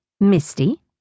Misty